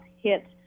hit